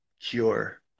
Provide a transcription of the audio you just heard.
cure